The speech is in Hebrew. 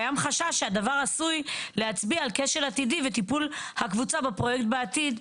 קיים חשש שהדבר עשוי להצביע על כשל עתידי וטיפול הקבוצה בפרויקט בעתיד,